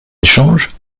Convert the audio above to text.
échange